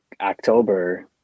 october